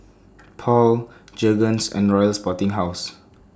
Paul Jergens and Royal Sporting House